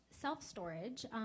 self-storage